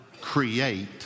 create